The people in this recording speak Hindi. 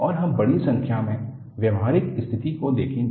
और हम बड़ी संख्या में व्यावहारिक स्थिति को देखेंगे